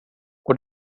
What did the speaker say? och